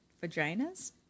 vagina's